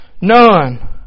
None